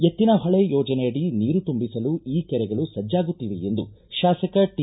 ಎತ್ತಿನಹೊಳೆ ಯೋಜನೆ ಅಡಿ ನೀರು ತುಂಬಿಸಲು ಈ ಕೆರೆಗಳು ಸಜ್ಜಾಗುತ್ತಿವೆ ಎಂದು ಶಾಸಕ ಟಿ